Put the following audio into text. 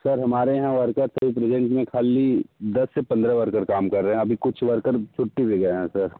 sir हमारे यहाँ worker अभी प्रेजेंट में खाली दस से पंद्रह वर्कर काम कर रहे हैं अभी कुछ वर्कर छुट्टी पर गये हैं सर